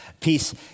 Peace